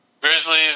Grizzlies